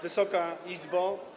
Wysoka Izbo!